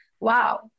wow